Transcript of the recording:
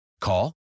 Call